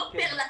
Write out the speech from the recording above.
לא פר לקוח.